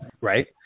Right